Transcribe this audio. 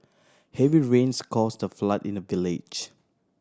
heavy rains caused a flood in the village